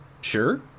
Sure